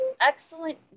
excellent